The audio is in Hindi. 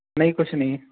नहीं कुछ नहीं